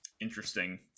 interesting